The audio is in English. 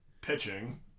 Pitching